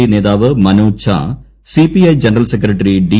D നേതാവ് Manoj Jha CPI general secretary D